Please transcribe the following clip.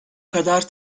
kadar